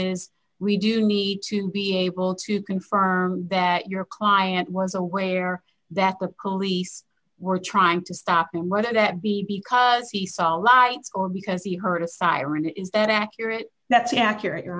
is we do need to be able to confirm that your client was aware that the police were trying to stop him whether that be because he saw lights or because he heard a siren is that accurate that's accurate your